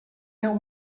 deu